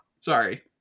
Sorry